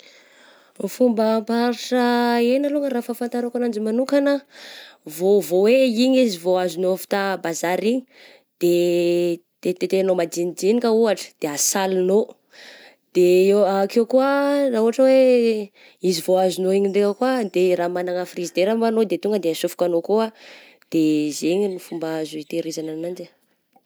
Ny fomba ampaharitra hena alongany raha fahafantarako ananjy manokana, vô-vô hoe igny vô azonao avy ta bazary igny, de tetitetehanao majinijinika ohatra de asaligno, de eo-akeo koa raha ohotra hoe izy vao azonao igny ndraika koa de raha managna frizidera ma anao tonga de asofokanao akao, de zegny ny fomba azo itehirizagna ananjy eh.